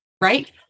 right